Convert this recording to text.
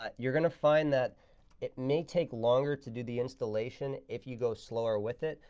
um you're going to find that it may take longer to do the installation if you go slower with it,